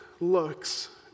looks